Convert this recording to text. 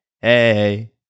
Hey